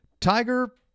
Tiger